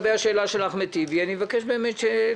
כשאנחנו נמצאים פה,